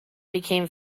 became